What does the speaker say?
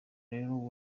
rero